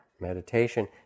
meditation